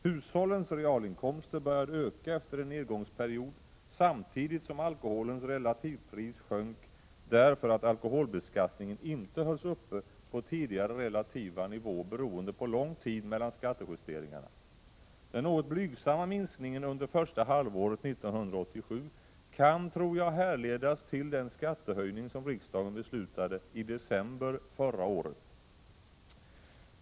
Hushållens realinkomster började öka efter en nedgångsperiod, samtidigt som alkoholens relativpris sjönk därför att alkoholbeskattningen inte hölls uppe på tidigare relativa nivå beroende på lång tid mellan skattejusteringarna. Den något blygsamma minskningen under första halvåret 1987 kan härledas till den skattehöjning som riksdagen beslutade i december förra året.